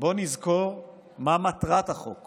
בוא נזכור מה מטרת החוק